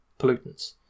pollutants